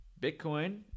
Bitcoin